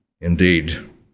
indeed